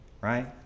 right